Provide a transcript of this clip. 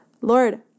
Lord